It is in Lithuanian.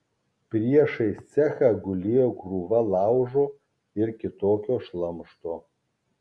priešais cechą gulėjo krūva laužo ir kitokio šlamšto